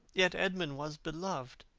yet edmund was belov'd.